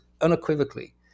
unequivocally